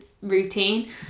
routine